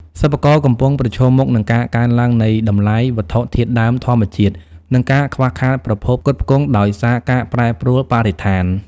សិប្បករកំពុងប្រឈមមុខនឹងការកើនឡើងនៃតម្លៃវត្ថុធាតុដើមធម្មជាតិ និងការខ្វះខាតប្រភពផ្គត់ផ្គង់ដោយសារការប្រែប្រួលបរិស្ថាន។